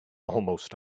almost